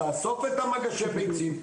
לאסוף את מגשי הביצים,